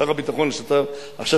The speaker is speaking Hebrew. שר הביטחון: עכשיו,